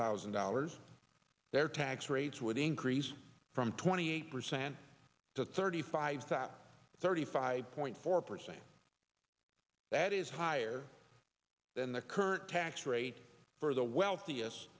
thousand dollars their tax rates would increase from twenty eight percent to thirty five to thirty five point four percent that is higher than the current tax rate for the wealth